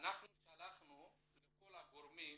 שלחנו לכל הגורמים